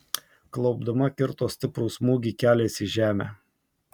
klaupdama kirto stiprų smūgį keliais į žemę